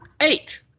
eight